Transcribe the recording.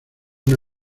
una